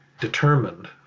determined